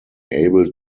able